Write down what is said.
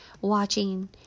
watching